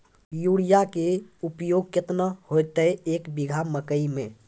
Urea के उपयोग केतना होइतै, एक बीघा मकई मे?